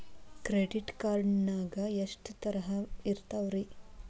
Credit card ನಾಗ ಎಷ್ಟು ತರಹ ಇರ್ತಾವ್ರಿ?